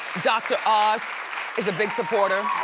doctor oz is a big supporter.